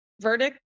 verdict